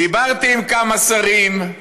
דיברתי עם כמה שרים,